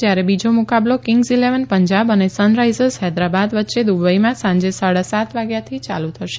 જયારે બીજો મુકાબલો કિંગ્સ ઇલેવન પંજાબ અને સન રાઇઝર્સ હૈદરાબાદ વચ્ચે દુબઇમાં સાંજે સાડા સાત વાગ્યાથી યાલુ થશે